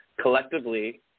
collectively